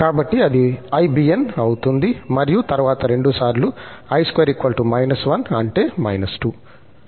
కాబట్టి అది ibn అవుతుంది మరియు తరువాత 2 సార్లు i2 −1 అంటే −2